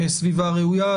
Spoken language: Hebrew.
סביבה ראויה.